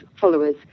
followers